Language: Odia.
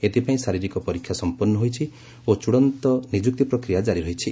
ଏଥିପାଇଁ ଶାରୀରିକ ପରୀକ୍ଷା ସମ୍ପନ୍ନ ହୋଇଛି ଓ ଚୂଡ଼ାନ୍ତ ନିଯୁକ୍ତି ପ୍ରକ୍ରିୟା କାରି ରହିଛି